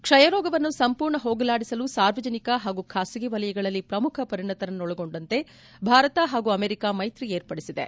ಕ್ಷಯರೋಗವನ್ನು ಸಂಪೂರ್ಣ ಹೋಗಲಾಡಿಸಲು ಸಾರ್ವಜನಿಕ ಹಾಗೂ ಖಾಸಗಿ ವಲಯಗಳಲ್ಲಿ ಪ್ರಮುಖ ಪರಿಣತರನ್ನು ಒಳಗೊಂಡಂತೆ ಭಾರತ ಹಾಗೂ ಅಮೆರಿಕಾ ಮೈತ್ರಿ ಏರ್ಪಡಿಸಿದೆ